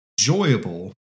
enjoyable